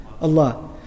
Allah